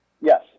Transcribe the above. Yes